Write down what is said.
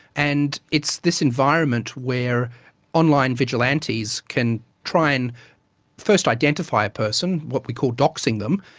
and it's this environment where online vigilantes can try and first identify a person, what we call doxing them,